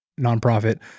nonprofit